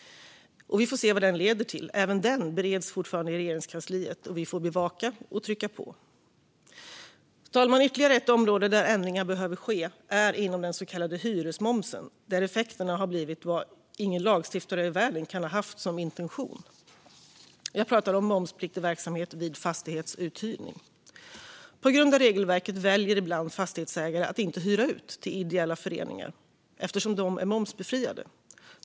Vi får se vad det leder till. Även detta bereds fortfarande i Regeringskansliet. Vi får bevaka och trycka på. Fru talman! Det finns ytterligare ett område där ändringar behöver ske. Det gäller den så kallade hyresmomsen, där effekterna har blivit vad ingen lagstiftare i världen kan ha haft som intention. Jag pratar om momspliktig verksamhet vid fastighetsuthyrning. På grund av regelverket väljer ibland fastighetsägare att inte hyra ut till ideella föreningar eftersom de är momsbefriade.